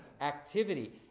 activity